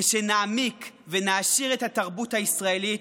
כשנעמיק ונעשיר את התרבות הישראלית,